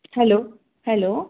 hello hello